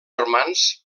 germans